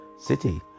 City